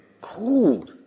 Cool